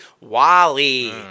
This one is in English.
wally